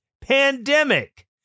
pandemic